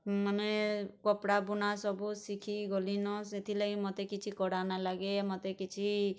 ମାନେ କପଡ଼ା ବୁନା ସବୁ ଶିଖି ଗଲିନ ସେଥିର୍ଲାଗି ମତେ କିଛି କଡ଼ା ନାଇଁ ଲାଗେ ମତେ କିଛି